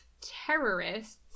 terrorists